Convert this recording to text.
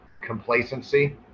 complacency